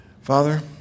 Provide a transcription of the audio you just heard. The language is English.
father